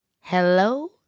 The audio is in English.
Hello